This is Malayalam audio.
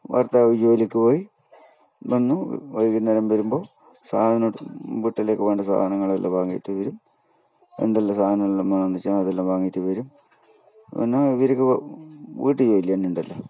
ഭർത്താവ് ജോലിയ്ക്ക് പോയി വന്നു വൈകുന്നേരം വരുമ്പോൾ സാധനം വീട്ടിലേക്ക് വേണ്ട സാധനങ്ങളെല്ലാം വാങ്ങിയിട്ട് വരും എന്തെല്ലാം സാധനങ്ങളെല്ലാം വേണമെന്ന് വച്ചാൽ അതെല്ലാം വാങ്ങിയി ട്ട് വരും പിന്നെ ഇവർക്ക് വീട്ട് ജോലി തന്നെ ഉണ്ടല്ലോ